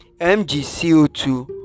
MgCO2